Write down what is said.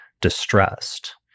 distressed